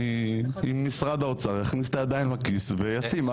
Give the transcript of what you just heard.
אם משרד האוצר יכניס את הידיים לכיס וישים.